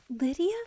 Lydia